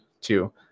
two